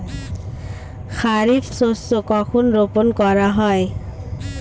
খারিফ শস্য কখন রোপন করা হয়?